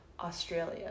australia